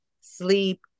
sleep